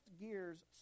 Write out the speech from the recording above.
gears